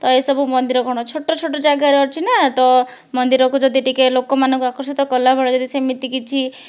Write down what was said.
ତ ଏସବୁ ମନ୍ଦିର କ'ଣ ଛୋଟ ଛୋଟ ଜାଗାରେ ଅଛି ନା ତ ମନ୍ଦିରକୁ ଯଦି ଟିକିଏ ଲୋକମାନଙ୍କୁ ଆକର୍ଷିତ କଲା ଭଳିଆ ଯଦି ସେମିତି କିଛି